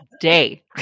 day